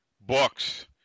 books